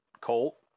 Colt